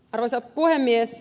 arvoisa puhemies